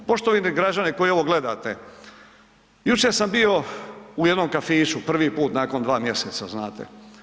Poštovani građani koji ovo gledate, jučer sam bio u jednom kafiću, prvi put nakon 2 mjeseca, znate.